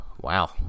Wow